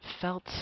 felt